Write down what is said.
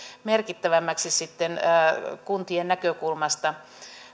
merkittävämmäksi kuntien näkökulmasta